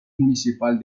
municipal